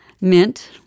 mint